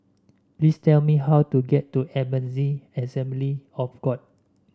please tell me how to get to Ebenezer Assembly of God